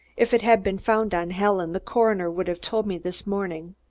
if it had been found on helen, the coroner would have told me this morning,